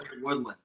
Woodland